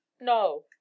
No